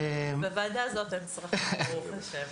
בוועדה הזאת אין צרחות, ברוך השם.